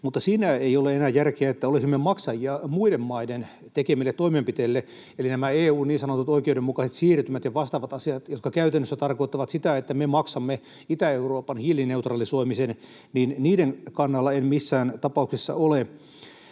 mutta siinä ei ole enää järkeä, että olisimme maksajia muiden maiden tekemille toimenpiteille. Eli nämä EU:n niin sanotut oikeudenmukaiset siirtymät ja vastaavat asiat tarkoittavat käytännössä sitä, että me maksamme Itä-Euroopan hiilineutralisoimisen, ja niiden kannalla en missään tapauksessa ole.